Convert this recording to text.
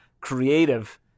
creative